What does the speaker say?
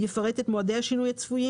יפרט את מועדי השינוי הצפויים,